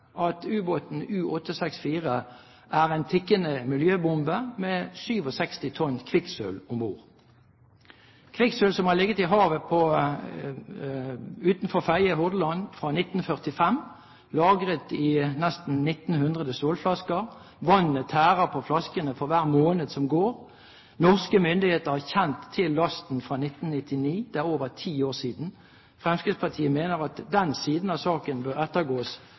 ubåten U-864 en tikkende miljøbombe med 67 tonn kvikksølv om bord – kvikksølv som har ligget i havet utenfor Fedje i Hordaland fra 1945, lagret i nesten 1 900 stålflasker. Vannet tærer på flaskene for hver måned som går. Norske myndigheter har kjent til lasten siden 1999. Det er over ti år siden. Fremskrittspartiet mener at den siden av saken bør ettergås